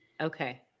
Okay